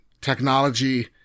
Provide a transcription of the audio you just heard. Technology